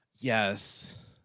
Yes